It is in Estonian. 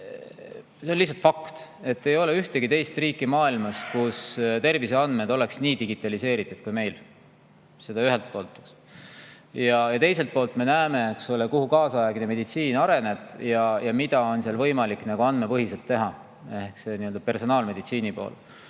See on lihtsalt fakt, et ei ole ühtegi teist riiki maailmas, kus terviseandmed oleksid nii digitaliseeritud kui meil. Seda ühelt poolt. Ja teiselt poolt me näeme, kuhu kaasaegne meditsiin areneb ja mida on võimalik andmepõhiselt teha, ehk see nii-öelda personaalmeditsiini pool.